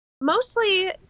Mostly